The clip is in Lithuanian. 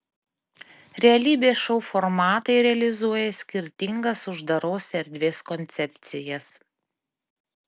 realybės šou formatai realizuoja skirtingas uždaros erdvės koncepcijas